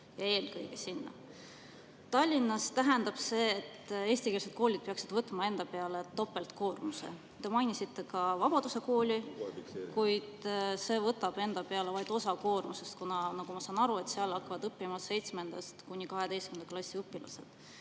Tallinnas tähendab see, et eestikeelsed koolid peaksid võtma enda peale topeltkoormuse. Te mainisite ka Vabaduse Kooli, kuid see võtab enda peale vaid osa koormusest, kuna, nagu ma aru saan, seal hakkavad õppima 7.–12. klassi õpilased.